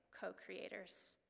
co-creators